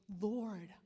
Lord